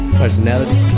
Personality